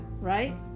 right